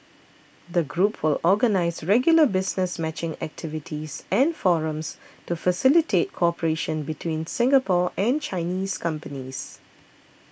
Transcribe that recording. the group will organise regular business matching activities and forums to facilitate cooperation between Singapore and Chinese companies